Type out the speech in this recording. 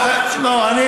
לא,